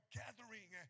gathering